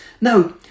Now